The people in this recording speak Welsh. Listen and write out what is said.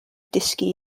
dysgu